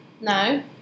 No